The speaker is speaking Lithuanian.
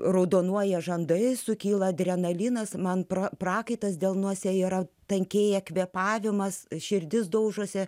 raudonuoja žandai sukyla adrenalinas man pro prakaitas delnuose yra tankėja kvėpavimas širdis daužosi